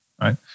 right